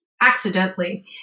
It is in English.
accidentally